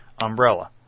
umbrella